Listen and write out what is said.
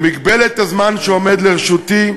במגבלת הזמן שעומד לרשותי,